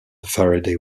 faraday